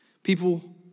People